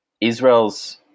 Israel's